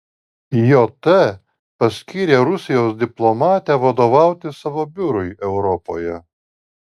jt paskyrė rusijos diplomatę vadovauti savo biurui europoje